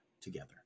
together